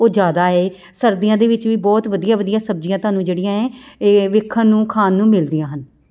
ਉਹ ਜ਼ਿਆਦਾ ਇਹ ਸਰਦੀਆਂ ਦੇ ਵਿੱਚ ਵੀ ਬਹੁਤ ਵਧੀਆ ਵਧੀਆ ਸਬਜ਼ੀਆਂ ਤੁਹਾਨੂੰ ਜਿਹੜੀਆਂ ਹੈ ਇਹ ਵੇਖਣ ਨੂੰ ਖਾਣ ਨੂੰ ਮਿਲਦੀਆਂ ਹਨ